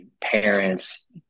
parents